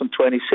2026